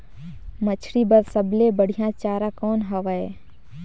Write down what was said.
मछरी बर सबले बढ़िया चारा कौन हवय?